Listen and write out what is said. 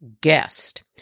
guest